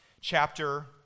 chapter